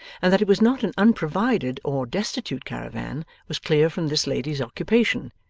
and that it was not an unprovided or destitute caravan was clear from this lady's occupation,